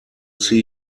see